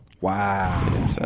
Wow